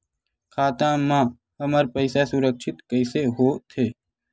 खाता मा हमर पईसा सुरक्षित कइसे हो थे?